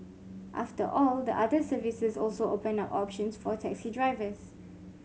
after all the other services also open up options for taxi drivers